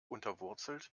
unterwurzelt